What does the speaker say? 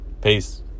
Peace